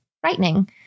frightening